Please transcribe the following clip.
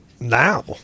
now